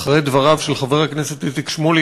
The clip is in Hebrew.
אחרי דבריו של חבר הכנסת איציק שמולי,